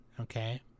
Okay